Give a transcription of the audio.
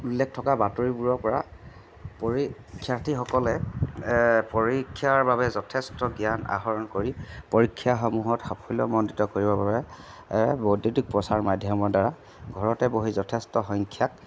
উল্লেখ থকা বাৰতিবোৰৰ পৰা পৰীক্ষাৰ্থীসকলে পৰীক্ষাৰ বাবে যথেষ্ট জ্ঞান আহৰণ কৰি পৰীক্ষাসমূহত সাফল্যমণ্ডিত কৰিবৰ বাবে বৈদ্যুতিক প্ৰচাৰ মাধ্যমৰ দ্বাৰা ঘৰতে বহি যথেষ্ট সংখ্যাক